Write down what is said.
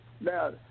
Now